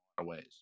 Ways